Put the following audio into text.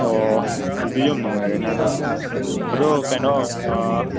ꯑꯣ ꯑꯗꯨꯗꯤ ꯌꯥꯝ ꯅꯨꯡꯉꯥꯏꯔꯦꯅ ꯑꯗꯣ ꯑꯗꯣ ꯀꯩꯅꯣ